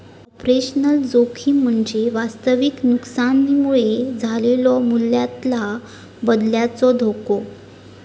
operational जोखीम म्हणजे वास्तविक नुकसानीमुळे झालेलो मूल्यातला बदलाचो धोको